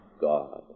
God